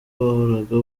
bahoraga